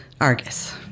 Argus